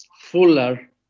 fuller